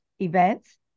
events